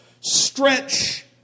stretch